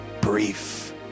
brief